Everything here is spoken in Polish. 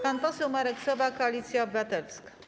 Pan poseł Marek Sowa, Koalicja Obywatelska.